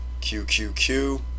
QQQ